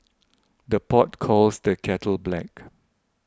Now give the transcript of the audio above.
the pot calls the kettle black